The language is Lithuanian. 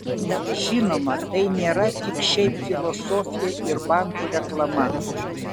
žinoma tai nėra tik šiaip filosofija ir bankų reklama